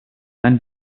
ein